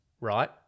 Right